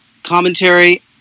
Commentary